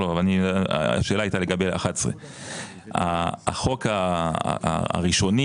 השאלה הייתה לגבי 2011. החוק הראשוני,